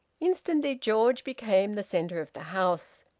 instantly george became the centre of the house.